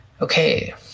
Okay